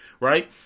right